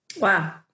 Wow